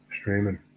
streaming